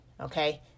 Okay